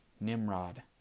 Nimrod